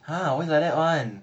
!huh! why like that [one]